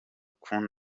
kun